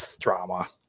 Drama